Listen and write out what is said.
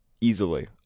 easily